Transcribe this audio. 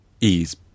ease